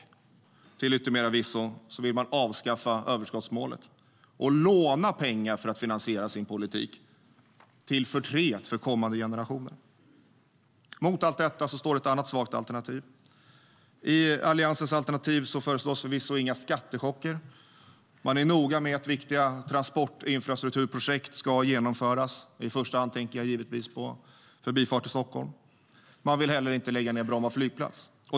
Till yttermera visso vill de avskaffa överskottsmålet och låna pengar för att finansiera sin politik, till förtret för kommande generationer. Mot allt detta står ett annat svagt alternativ. I Alliansens alternativ föreslås förvisso inga skattechocker. De är noga med att viktiga transportinfrastrukturprojekt ska genomföras; i första hand tänker jag på Förbifart Stockholm. De vill inte heller lägga ned Bromma flygplats.